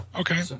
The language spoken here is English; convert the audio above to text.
Okay